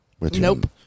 Nope